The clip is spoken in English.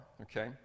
okay